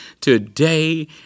today